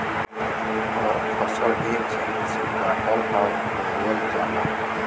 हर फसल एक समय से काटल अउर बोवल जाला